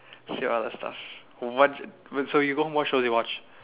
sure other stuff what what so you don't watch or you watch